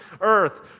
earth